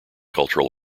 cultural